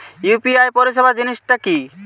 UPI পরিসেবা জিনিসটা কি?